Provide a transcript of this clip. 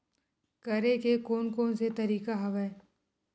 करे के कोन कोन से तरीका हवय?